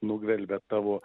nugvelbia tavo